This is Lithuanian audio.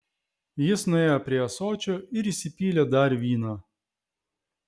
jis nuėjo prie ąsočio ir įsipylė dar vyno